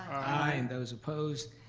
i. and those opposed?